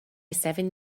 seven